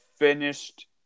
finished